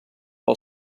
pel